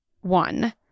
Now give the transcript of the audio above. One